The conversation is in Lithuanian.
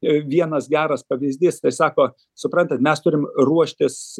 vienas geras pavyzdys sakot suprantat mes turim ruoštis